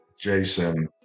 Jason